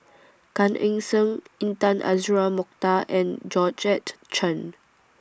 Gan Eng Seng Intan Azura Mokhtar and Georgette Chen